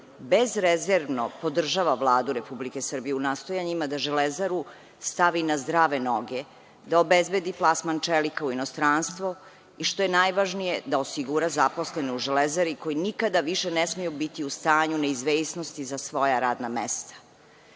bezrezervno podržava Vladu Republike Srbije u nastojanjima da „Železaru“ stavi na zdrave noge, da obezbedi plasman čelika u inostranstvo i što je najvažnije da osigura zaposlene u „Železari“ koji nikada više ne smeju biti u stanju neizvesnosti za svoja radna mesta. Grad